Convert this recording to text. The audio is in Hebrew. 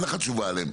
אין לך תשובה עליהם.